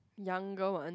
younger one